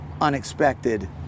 unexpected